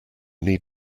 need